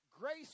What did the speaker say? Grace